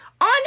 on